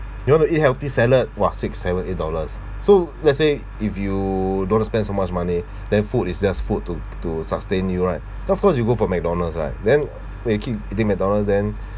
you wanna eat healthy salad !wah! six seven eight dollars so let's say if you don't want to spend so much money then food is just food to to sustain you right of course you go for mcdonald's right then when you keep eating mcdonald's then